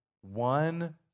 one